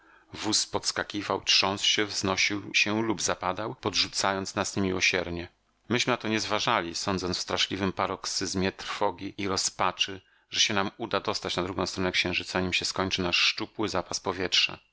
wóz podskakiwał trząsł się wznosił się lub zapadał podrzucając nas niemiłosiernie myśmy na to nie zważali sądząc w straszliwym paroksyzmie trwogi i rozpaczy że się nam uda dostać na drugą stronę księżyca nim się skończy nasz szczupły zapas powietrza